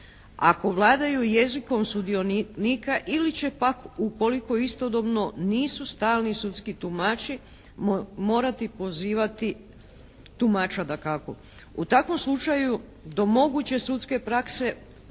ako vladaju jezikom sudionika ili će pak ukoliko istodobno nisu stalni sudski tumači morati pozivati tumača dakako. U takvom slučaju do moguće sudske prakse od tumačenja